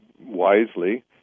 wisely